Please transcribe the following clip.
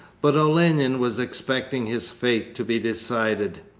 but olenin was expecting his fate to be decided.